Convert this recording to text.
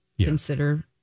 consider